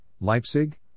Leipzig